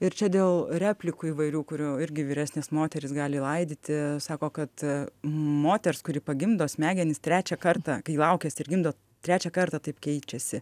ir čia dėl replikų įvairių kurių irgi vyresnės moterys gali laidyti sako kad moters kuri pagimdo smegenys trečią kartą kai laukiasi ir gimdo trečią kartą taip keičiasi